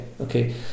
Okay